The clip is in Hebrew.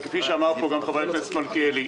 וכפי שאמר פה גם חבר הכנסת מלכיאלי,